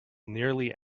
nearly